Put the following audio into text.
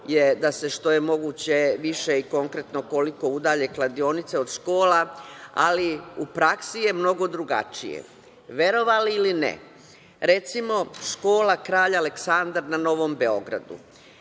da se što je moguće više i konkretno koliko udalje kladionice od škola, ali u praksi je mnogo drugačije. Verovali ili ne, recimo, škola Kralja Aleksandar na Novom Beogradu